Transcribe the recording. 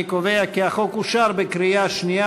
אני קובע כי החוק אושר בקריאה שנייה,